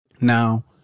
Now